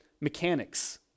mechanics